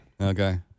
Okay